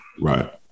Right